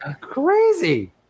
crazy